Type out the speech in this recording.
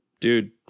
Dude